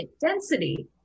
density